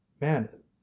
man